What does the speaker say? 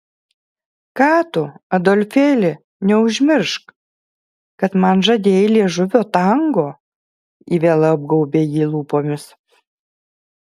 ką tu adolfėli neužmiršk kad man žadėjai liežuvio tango ji vėl apgaubė jį lūpomis